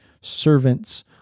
servants